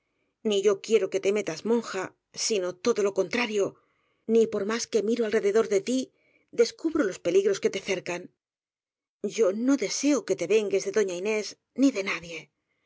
ni yo quiero que te metas monja sino todo lo contrario ni por más que miro alrededor de tí descubro los peligros que te cercan yo no deseo que te vengues de doña inés ni de nadie